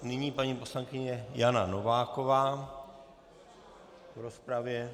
Nyní paní poslankyně Nina Nováková v rozpravě.